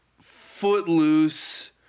footloose